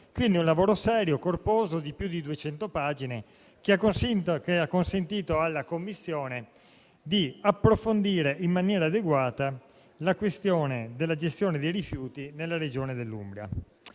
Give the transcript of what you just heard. di un lavoro serio, corposo, che ha prodotto oltre 200 pagine e ha consentito alla Commissione di approfondire in maniera adeguata la questione della gestione dei rifiuti nella Regione Umbria.